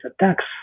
attacks